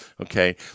okay